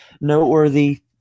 noteworthy